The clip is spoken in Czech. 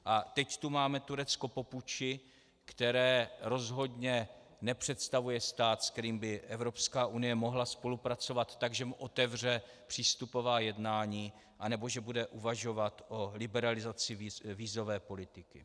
A teď tu máme Turecko po puči, které rozhodně nepředstavuje stát, se kterým by Evropská unie mohla spolupracovat tak, že mu otevře přístupová jednání nebo že bude uvažovat o liberalizaci vízové politiky.